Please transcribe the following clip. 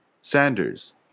Sanders